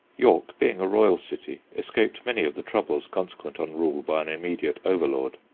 york, being a royal city, escaped many of the troubles consequent on rule by an immediate overlord.